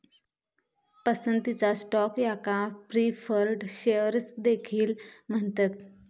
पसंतीचा स्टॉक याका preferred shares देखील म्हणतत